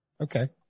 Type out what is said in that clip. Okay